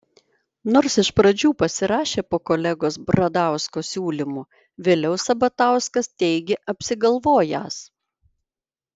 nors iš pradžių pasirašė po kolegos bradausko siūlymu vėliau sabatauskas teigė apsigalvojęs